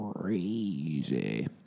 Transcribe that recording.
crazy